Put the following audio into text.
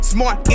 Smart